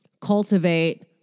cultivate